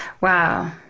Wow